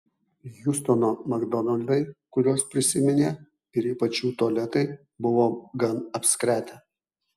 hjustono makdonaldai kuriuos prisiminė ir ypač jų tualetai buvo gan apskretę